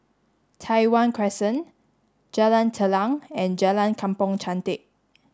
Tai Hwan Crescent Jalan Telang and Jalan Kampong Chantek